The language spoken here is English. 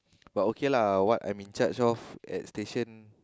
but okay lah what I'm in charge of at station